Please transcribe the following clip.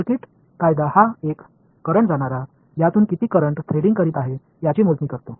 circuital कायदा हा एक करंट जाणारा यातून किती करंट थ्रेडिंग करीत आहे याची मोजणी करतो